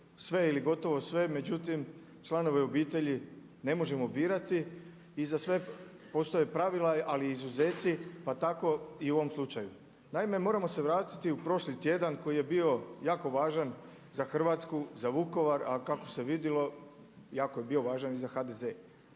sve ili gotovo sve, međutim članove obitelji ne možemo birati i za sve postoje pravila ali i izuzeci pa tako i u ovom slučaju. Naime, moramo se vratiti u prošli tjedan koji je bio jako važan za Hrvatsku, za Vukovar, a kako se vidilo jako je bio važan i za HDZ.